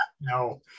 No